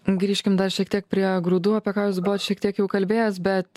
grįžkim dar šiek tiek prie grūdų apie ką jūs buvot šiek tiek jau kalbėjęs bet